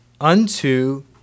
unto